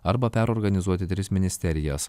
arba perorganizuoti tris ministerijas